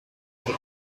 over